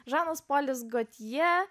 žanas polis kad jie